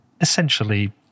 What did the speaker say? essentially